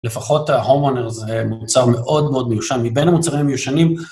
לפחות ה-homeowner זה מוצר מאוד מאוד מיושן, מבין המוצרים המיושנים.